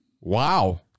Wow